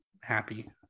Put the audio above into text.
happy